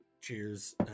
cheers